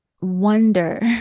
wonder